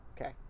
Okay